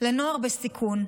לנוער בסיכון.